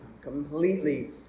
completely